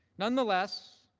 nonetheless,